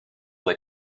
that